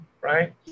Right